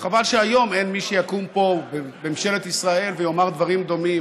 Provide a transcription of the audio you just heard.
חבל שהיום אין מי שיקום פה בממשלת ישראל ויאמר דברים דומים